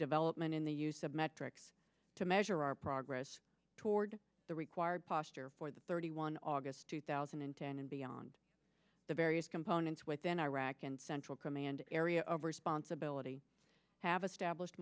development in the use of metrics to measure our progress toward the required posture for the thirty one august two thousand and ten and beyond the various components within iraq and central command area of responsibility have established